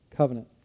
covenant